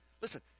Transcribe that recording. Listen